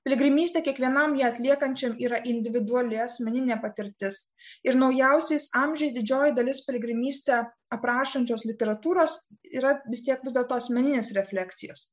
piligrimystė kiekvienam jį atliekančiam yra individuali asmeninė patirtis ir naujausiais amžiais didžioji dalis piligrimystę aprašančios literatūros yra vis tiek vis dėlto asmeninės refleksijos